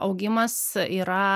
augimas yra